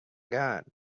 gun